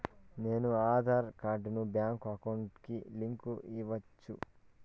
నేను నా ఆధార్ కార్డును బ్యాంకు అకౌంట్ కి లింకు ఇవ్వొచ్చా?